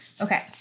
Okay